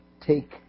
take